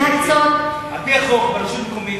גם הממשלה שלך וגם הממשלה הנוכחית.